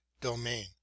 domain